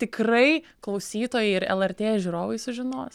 tikrai klausytojai ir lrt žiūrovai sužinos